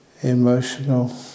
emotional